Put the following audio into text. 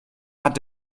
hat